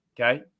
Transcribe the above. Okay